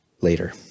later